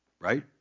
Right